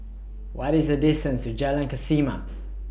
What IS The distance to Jalan Kesoma